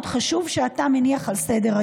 חושבת שזה נושא מאוד מאוד חשוב שאתה מניח על סדר-היום,